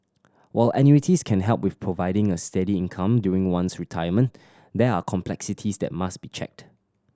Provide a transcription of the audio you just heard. while annuities can help with providing a steady income during one's retirement there are complexities that must be checked